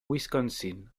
wisconsin